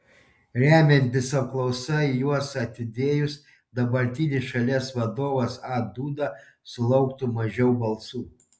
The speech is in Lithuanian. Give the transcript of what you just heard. remiantis apklausa juos atidėjus dabartinis šalies vadovas a duda sulauktų mažiau balsų